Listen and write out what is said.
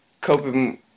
coping